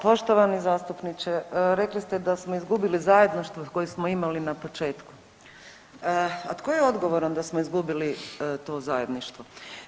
Poštovani zastupniče, rekli ste da smo izgubili zajedništvo koje smo imali na početku, a tko je odgovoran da smo izgubili to zajedništvo?